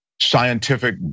scientific